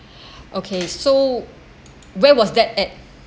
okay so where was that at